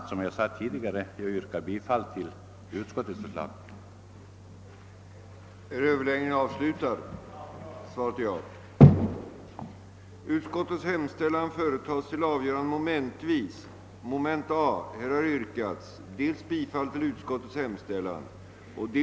Som jag sade tidigare har jag inget särskilt yrkande, utan yrkar bifall till utskottets hemställan.